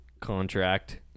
contract